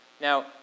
Now